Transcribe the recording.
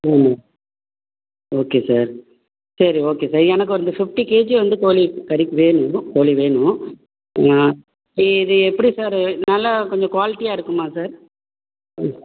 ம் okay sir சரி okay sir எனக்கு வந்து ஃபிஃப்ட்டி கேஜி வந்து கோழி கறிக்கு வேணும் கோழி வேணும் இப்போ இது எப்படி சார் நல்லா கொஞ்சம் க்வாலிட்டியாக இருக்குமா சார் ம்